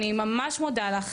אני ממש מודה לך,